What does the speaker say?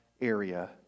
area